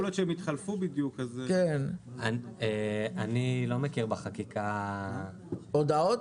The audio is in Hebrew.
אני לא מכיר בחקיקה הודעות.